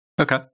Okay